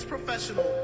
professional